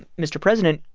mr. president,